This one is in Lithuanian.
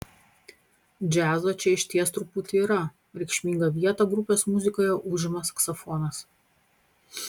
džiazo čia išties truputį yra reikšmingą vietą grupės muzikoje užima saksofonas